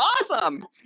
Awesome